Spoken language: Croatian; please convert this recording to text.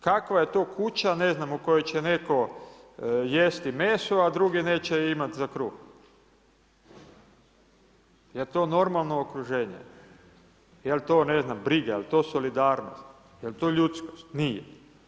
Kakva je to kuća ne znam u kojoj će netko jesti meso, a drugi neće imati za kruh, jel to normalno okruženje, jel to briga, jel to solidarnost, jel to ljudskost, nije.